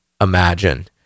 imagine